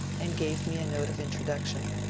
and gave me a note of introduction.